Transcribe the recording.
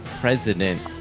president